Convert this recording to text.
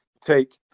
take